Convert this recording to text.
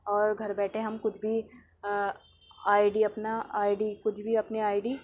اور گھر بیٹھے ہم کچھ بھی آئی ڈی اپنا آئی ڈی کچھ بھی اپنی آئی ڈی